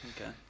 Okay